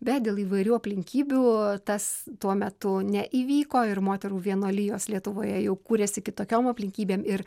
bet dėl įvairių aplinkybių tas tuo metu neįvyko ir moterų vienuolijos lietuvoje jau kūrėsi kitokiom aplinkybėm ir